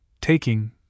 taking